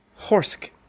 Horsk